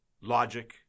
logic